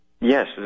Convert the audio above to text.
Yes